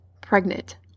pregnant